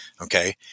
okay